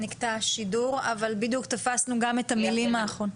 שרת החינוך,